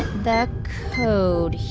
the code here